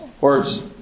words